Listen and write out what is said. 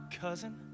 cousin